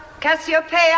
Cassiopeia